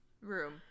room